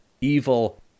evil